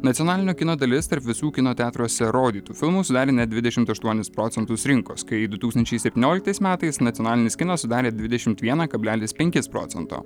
nacionalinio kino dalis tarp visų kino teatruose rodytų filmų sudarė net dvidešim aštuonis procentus rinkos kai du tūkstančiai septynioliktais metais nacionalinis kinas sudarė dvidešim vieną kablelis penkis procento